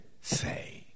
say